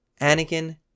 Anakin